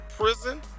prison